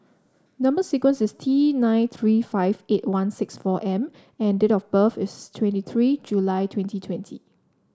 number sequence is T nine three five eight one six four M and date of birth is twenty three July twenty twenty